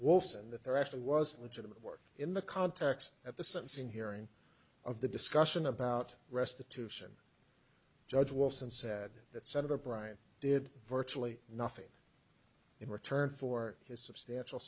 and that there actually was a legitimate work in the context at the sentencing hearing of the discussion about restitution judge walton said that senator bryant did virtually nothing in return for his substantial